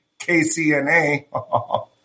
KCNA